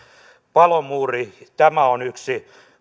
palomuuri tämä on yksi